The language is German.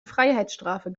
freiheitsstrafe